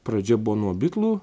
pradžia buvo nuo bitlų